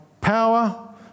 power